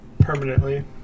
Permanently